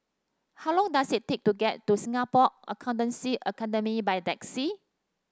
how long does it take to get to Singapore Accountancy Academy by taxi